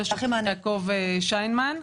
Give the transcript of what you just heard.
יעקב שיינמן,